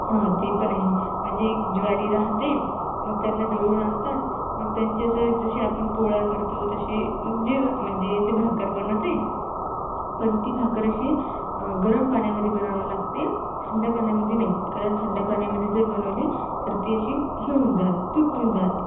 हां ते पण आहे म्हणजे ज्वारी राहते मग त्यांना दळून आणतात मग त्यांची असं जशी आपण पोळ्या करतो तशी मग जे म्हणजे ते भाकर बनवते पण ती भाकर अशी गरम पाण्यामध्ये बनवावी लागते थंड पाण्यामध्ये नाही कारण थंड पाण्यामध्ये जर बनवली तर ती अशी हे होऊन जात तुटून जाते